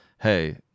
Hey